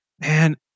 man